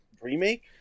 remake